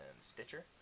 Stitcher